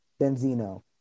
Benzino